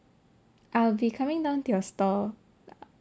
I'll be coming down to your store